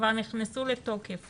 שכבר נכנסו לתוקף